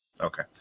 Okay